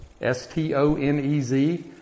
S-T-O-N-E-Z